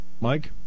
Mike